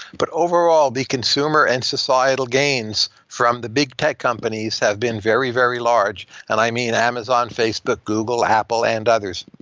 but overall, the consumer and societal gains from the big tech companies have been very, very large, and i mean amazon, facebook, google, apple and others.